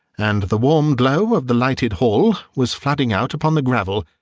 and the warm glow of the lighted hall was flooding out upon the gravel,